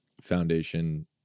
foundation